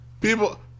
People